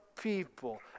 people